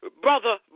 brother